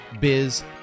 biz